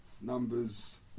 numbers